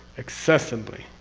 accessibly,